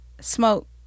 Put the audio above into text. Smoke